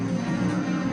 בבקשה.